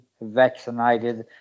vaccinated